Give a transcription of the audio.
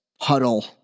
huddle